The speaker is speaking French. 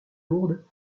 lourde